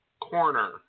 corner